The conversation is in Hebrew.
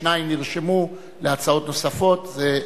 שניים נרשמו להצעות נוספות, והם: